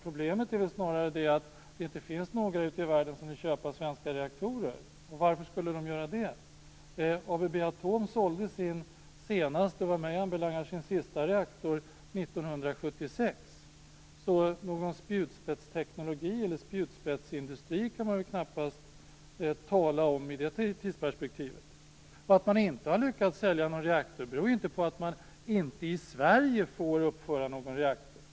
Problemet är snarare att det inte finns någon ute i världen som vill köpa svenska reaktorer. Och varför skulle man göra det? ABB Atom sålde sin senaste och vad mig anbelangar sista reaktor 1976. Så någon spjutspetsteknologi eller spjutspetsindustri går det väl knappast tala om i det tidsperspektivet. Att man inte har lyckats sälja någon reaktor beror inte på att man i Sverige inte får uppföra någon reaktor.